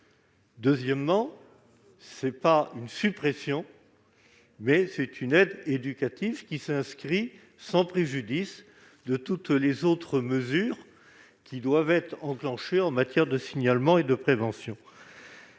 De plus, ce n'est pas une suppression, mais une aide éducative qui est engagée sans préjudice de toutes les autres mesures qui doivent être prises en matière de signalement et de prévention.